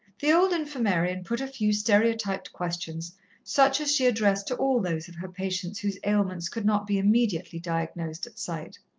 the old infirmarian put a few stereotyped questions such as she addressed to all those of her patients whose ailments could not be immediately diagnosed at sight.